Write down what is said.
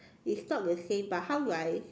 is not the same but how do I